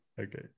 Okay